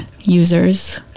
users